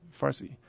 Farsi